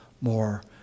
more